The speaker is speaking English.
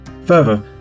Further